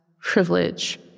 privilege